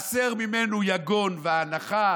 והסר ממנו יגון ואנחה"